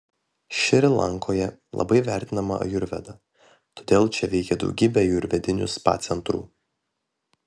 šri lankoje labai vertinama ajurveda todėl čia veikia daugybė ajurvedinių spa centrų